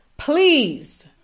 Please